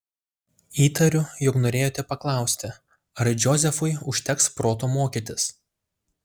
įtariu jog norėjote paklausti ar džozefui užteks proto mokytis